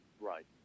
Right